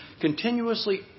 continuously